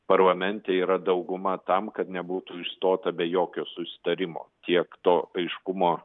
parlamente yra dauguma tam kad nebūtų išstota be jokio susitarimo kiek to aiškumo